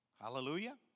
Hallelujah